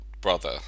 brother